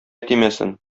тимәсен